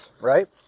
right